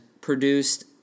produced